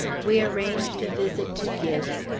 we arranged a visit to gibbes,